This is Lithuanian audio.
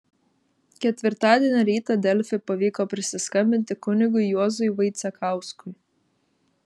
ketvirtadienio rytą delfi pavyko prisiskambinti kunigui juozui vaicekauskui